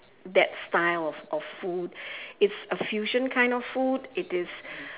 that style of of food it's a fusion kind of food it is